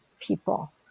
people